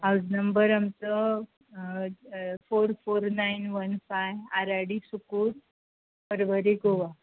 how's number आमचो four four nine one five R I D Sukur Porvorim Goa